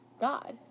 god